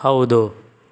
ಹೌದು